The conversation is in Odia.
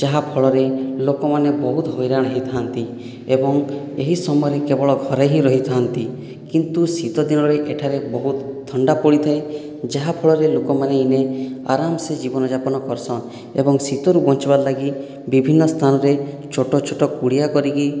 ଯାହାଫଳରେ ଲୋକମାନେ ବହୁତ ହଇରାଣ ହୋଇଥାନ୍ତି ଏବଂ ଏହି ସମୟରେ କେବଳ ଘରେ ହିଁ ରହିଥାନ୍ତି କିନ୍ତୁ ଶୀତ ଦିନରେ ଏଠାରେ ବହୁତ ଥଣ୍ଡା ପଡ଼ିଥାଏ ଯାହାଫଳରେ ଲୋକମାନେ ଇନେ ଆରାମସେ ଜୀବନ ଯାପନ କରସନ୍ ଏବଂ ଶୀତରୁ ବଞ୍ଚବାର୍ ଲାଗି ବିଭିନ୍ନ ସ୍ଥାନରେ ଛୋଟ ଛୋଟ କୁଡ଼ିଆ କରିକି